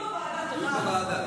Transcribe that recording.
דיון בוועדה.